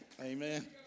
Amen